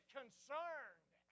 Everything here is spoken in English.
concerned